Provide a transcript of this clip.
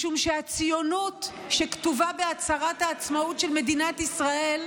משום שהציונות שכתובה בהצהרת העצמאות של מדינת ישראל,